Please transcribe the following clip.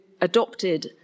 adopted